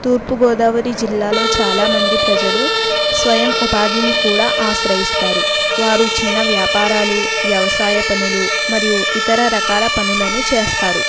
తూర్పు గోదావరి జిల్లాలో చాలా మంది ప్రజలు స్వయం ఉపాధిని కూడా ఆశ్రయిస్తారు వారు చిన్న వ్యాపారాలు వ్యవసాయ పనులు మరియు ఇతర రకాల పనులను చేస్తారు